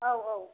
औ औ